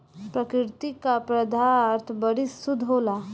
प्रकृति क पदार्थ बड़ी शुद्ध होला